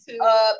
up